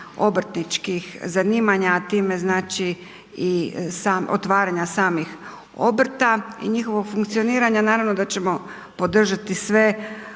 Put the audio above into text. obrtničkih zanimanja, a time znači i sam, otvaranja samih obrta i njihovog funkcioniranja naravno da ćemo podržati sve